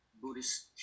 Buddhist